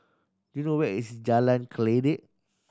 do you know where is Jalan Kledek